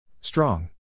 Strong